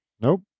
Nope